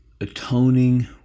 atoning